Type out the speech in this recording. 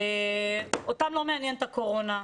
אותם לא מעניינת הקורונה,